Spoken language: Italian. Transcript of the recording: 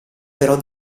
però